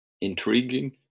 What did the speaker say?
intriguing